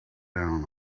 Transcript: down